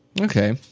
okay